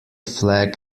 flag